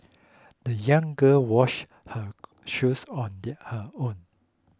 the young girl washed her shoes on the her own